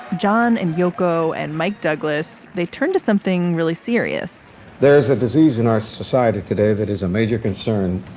john and yoko and mike douglas, they turn to something really serious there's a disease in our society today that is a major concern,